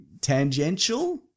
tangential